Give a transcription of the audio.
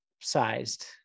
sized